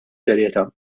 serjetà